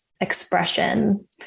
expression